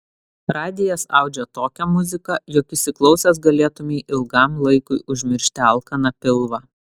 radijas audžia tokią muziką jog įsiklausęs galėtumei ilgam laikui užmiršti alkaną pilvą